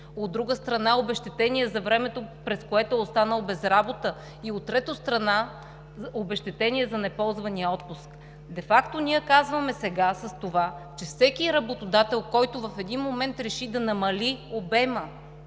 от друга страна, обезщетение за времето, през което е останал без работа, и от трета страна, обезщетение за неползвания отпуск. Де факто сега, с това, ние казваме, че всеки работодател, който в един момент реши да намали обема,